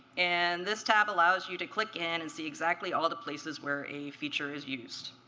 and this tab allows you to click in and see exactly all the places where a feature is used.